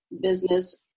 business